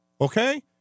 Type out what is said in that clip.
okay